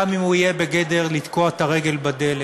גם אם הוא יהיה בגדר לתקוע את הרגל בדלת,